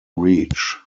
reach